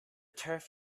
turf